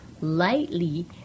lightly